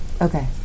okay